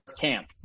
camp